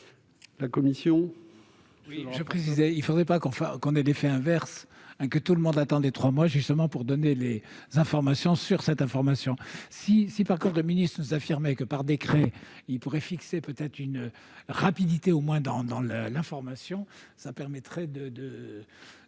la commission ?